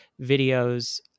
videos